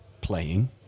playing